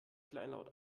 kleinlaut